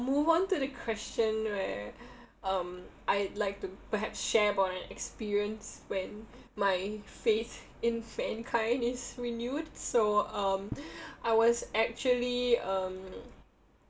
move on to the question where um I like to perhaps share about an experience when my faith in mankind is renewed so um I was actually um